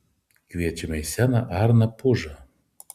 kviečiame į sceną arną pužą